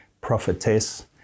prophetess